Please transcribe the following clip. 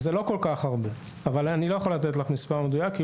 זה לא כל כך הרבה אבל אני לא יכול לתת לך מספר מדויק.